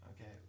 Okay